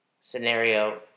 scenario